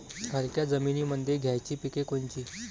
हलक्या जमीनीमंदी घ्यायची पिके कोनची?